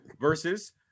versus